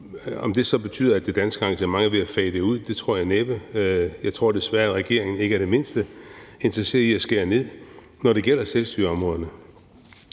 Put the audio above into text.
at det så betyder, at det danske engagement er ved at fade ud, tror jeg næppe. Jeg tror desværre, at regeringen ikke er det mindste interesseret i at skære ned, når det gælder selvstyreområderne.